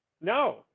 No